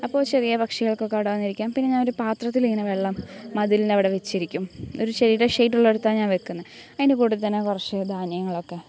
അപ്പോൾ ചെറിയ പക്ഷികൾക്കൊക്കെ അവിടെ വന്നിരിക്കാം പിന്നെ ഞാൻ ഒരു പാത്രത്തിൽ ഇങ്ങനെ വെള്ളം മതിലിൻ്റെ അവിടെ വെച്ചിരിക്കും ഒരു ചെടിയുടെ ഷൈയ്ട് ഉള്ള അടുത്താണ് ഞാൻ വയ്ക്കുന്നത് അതിൻ്റെ കൂട്ടത്തിൽ തന്നെ കുറച്ച് ധാന്യങ്ങളൊക്കെ